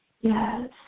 Yes